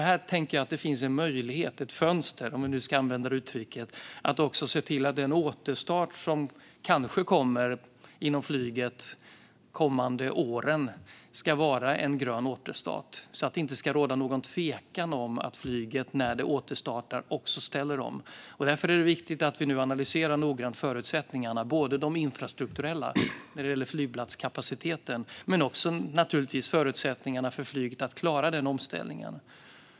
Här finns en möjlighet - eller ett fönster, om vi nu ska använda det uttrycket - att också se till att den återstart som kanske kommer inom flyget de kommande åren ska vara en grön återstart, så att det inte ska råda någon tvekan om att flyget, när det återstartar, också ställer om. Därför är det viktigt att vi nu noggrant analyserar förutsättningarna, både de infrastrukturella förutsättningarna när det gäller flygplatskapaciteten och förutsättningarna för flyget att klara omställningen.